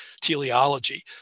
teleology